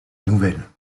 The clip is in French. nouvelle